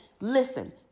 listen